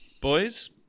boys